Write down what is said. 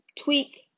tweak